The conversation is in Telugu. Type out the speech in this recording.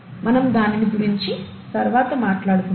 మనము దాని గురించి తరువాత మాట్లాడుకుందాము